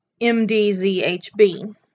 MDZHB